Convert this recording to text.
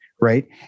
Right